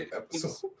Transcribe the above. episode